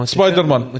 Spider-Man